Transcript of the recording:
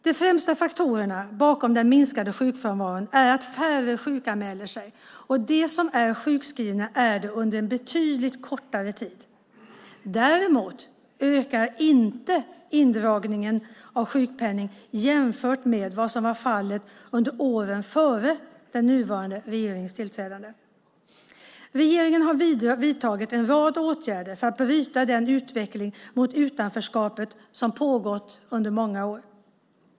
De främsta faktorerna bakom den minskande sjukfrånvaron är att färre sjukanmäler sig och att de som är sjukskrivna är det under betydligt kortare tid. Däremot ökar inte indragningarna av sjukpenning jämfört med vad som var fallet under åren före den nuvarande regeringens tillträde. Regeringen har vidtagit en rad åtgärder för att bryta den utveckling mot utanförskap som pågått under många år.